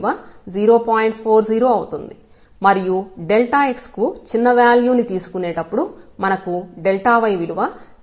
40 అవుతుంది మరియు x కు చిన్న వాల్యూ ని తీసుకునేటప్పుడు మనకు y విలువ 0